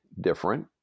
Different